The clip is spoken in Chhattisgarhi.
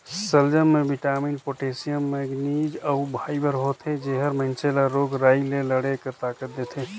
सलजम में बिटामिन, पोटेसियम, मैगनिज अउ फाइबर होथे जेहर मइनसे ल रोग राई ले लड़े कर ताकत देथे